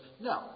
No